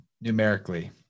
numerically